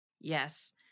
Yes